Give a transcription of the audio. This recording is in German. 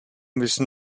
müssen